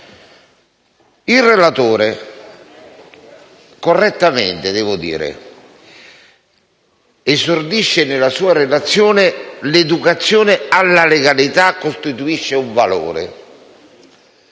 Il relatore - correttamente, devo dire - esordisce nella sua relazione con le parole: «L'educazione alla legalità costituisce un valore».